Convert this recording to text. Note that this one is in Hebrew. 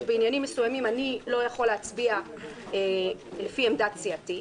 בעניינים מסוימים: אני לא יכול להצביע לפי עמדת סיעתי.